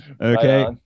okay